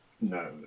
No